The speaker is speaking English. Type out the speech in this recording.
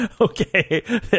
Okay